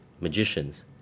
magicians